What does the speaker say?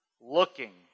Looking